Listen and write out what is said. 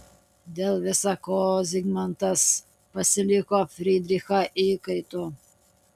dėl visa ko zigmantas pasiliko fridrichą įkaitu